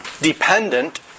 dependent